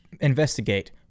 investigate